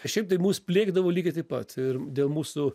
kažkaip tai mus pliekdavo lygiai taip pat ir dėl mūsų